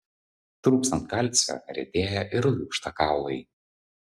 trūkstant kalcio retėja ir lūžta kaulai